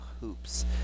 hoops